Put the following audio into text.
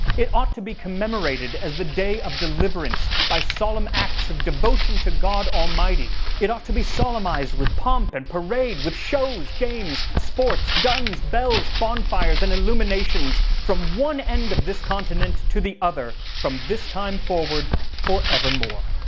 it ought to be commemorated as the day of deliverance, by solemn acts of devotion to god almighty. it ought to be solemnized with pomp and parade, with shows, games, sports, guns, bells, bonfires, and illuminations from one end of this continent to the other from this time forward forever more.